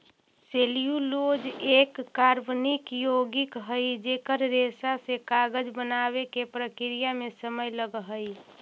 cellulose एक कार्बनिक यौगिक हई जेकर रेशा से कागज बनावे के प्रक्रिया में समय लगऽ हई